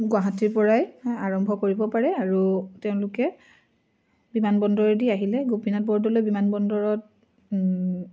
গুৱাহাটীৰ পৰাই আৰম্ভ কৰিব পাৰে আৰু তেওঁলোকে বিমানবন্দৰেদি আহিলে গোপীনাথ বৰদলৈ বিমানবন্দৰত